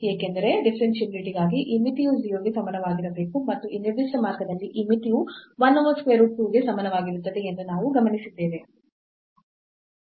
ಏಕೆಂದರೆ ಡಿಫರೆನ್ಷಿಯಾಬಿಲಿಟಿ ಗಾಗಿ ಈ ಮಿತಿಯು 0 ಗೆ ಸಮನಾಗಿರಬೇಕು ಮತ್ತು ಈ ನಿರ್ದಿಷ್ಟ ಮಾರ್ಗದಲ್ಲಿ ಈ ಮಿತಿಯು 1 over square root 2 ಕ್ಕೆ ಸಮನಾಗಿರುತ್ತದೆ ಎಂದು ನಾವು ಗಮನಿಸಿದ್ದೇವೆ